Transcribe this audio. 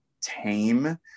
tame